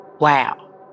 Wow